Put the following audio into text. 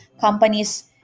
companies